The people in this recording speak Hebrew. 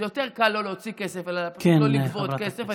זה יותר קל לא להוציא כסף אלא פשוט לא לגבות כסף.